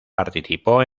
participó